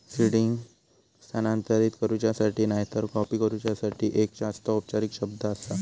seeding स्थानांतरित करूच्यासाठी नायतर कॉपी करूच्यासाठी एक जास्त औपचारिक शब्द आसा